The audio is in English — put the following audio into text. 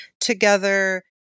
together